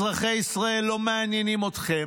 אזרחי ישראל לא מעניינים אתכם,